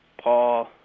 Paul